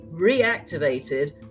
reactivated